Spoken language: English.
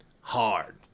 hard